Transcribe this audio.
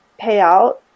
payout